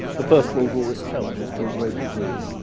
the first world war itself is to a great degree,